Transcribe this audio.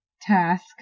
task